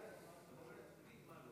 אני שמח לומר שהצעת חוק להארכת תוקפן של